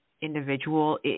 individual